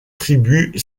tribus